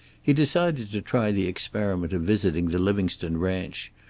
he decided to try the experiment of visiting the livingstone ranch,